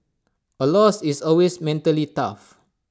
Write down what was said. A loss is always mentally tough